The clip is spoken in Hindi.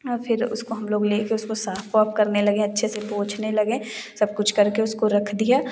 हाँ फ़िर उसको हम लोग लेकर उसको साफ़ वाफ़ करने लगे अच्छे से पोंछने लगे सब कुछ करके उसको रख दिया